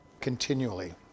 continually